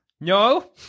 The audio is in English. No